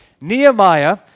Nehemiah